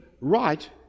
right